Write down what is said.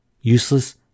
Useless